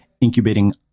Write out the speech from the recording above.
incubating